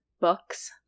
books